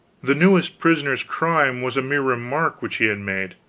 the newest prisoner's crime was a mere remark which he had made.